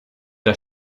der